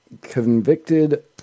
convicted